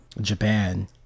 japan